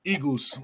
Eagles